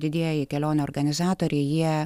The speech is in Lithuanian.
didieji kelionių organizatoriai jie